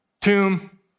tomb